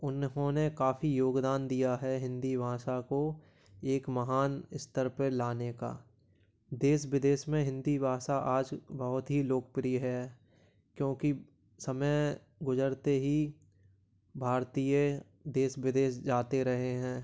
उन्होंने काफ़ी योगदान दिया है हिंदी भाँषा को एक महान स्तर पर लाने का देश विदेश में हिंदी भाषा आज बहुत ही लोकप्रिय है क्योंकि समय गुजरते ही भारतीय देश विदेश जाते रहे हैं